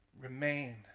remain